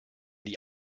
die